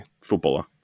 footballer